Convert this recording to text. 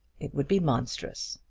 it would be monstrous.